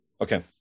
Okay